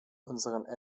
unseren